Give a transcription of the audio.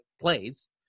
plays